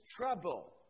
trouble